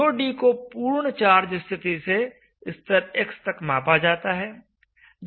DoD को पूर्ण charge स्थिति से स्तर x तक मापा जाता है